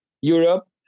Europe